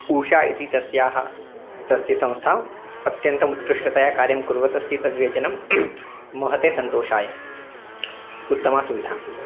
ऊषा इति तस्य तस्य संस्था अत्यन्तम् उत्कृष्टतया कार्यं कुर्वत् अस्ति तद्वेजनं महते सन्तोषाय उत्तमा सुविधा